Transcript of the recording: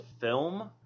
film